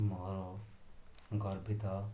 ମୋର ଗର୍ବିତ